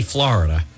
Florida